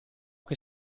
che